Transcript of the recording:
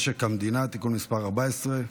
משק המדינה (תיקון מס' 14),